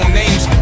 names